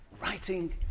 writing